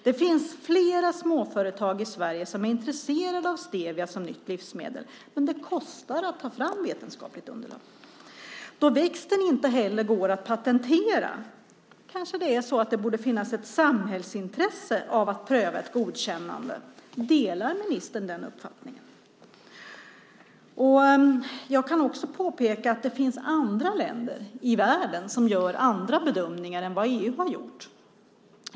Det finns flera småföretag i Sverige som är intresserade av stevia som nytt livsmedel, men det kostar att ta fram vetenskapligt underlag. Eftersom växten inte heller kan patenteras kanske det borde finnas ett samhällsintresse av att pröva ett godkännande. Delar ministern den uppfattningen? Jag kan också påpeka att det finns andra länder i världen som gör andra bedömningar än vad EU har gjort.